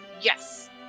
Yes